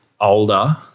older